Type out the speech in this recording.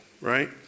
right